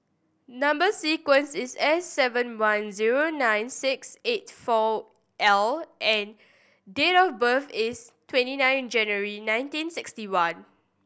number sequence is S seven one zero nine six eight four L and date of birth is twenty nine January nineteen sixty one